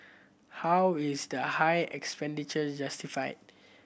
how is the high expenditure justified